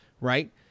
right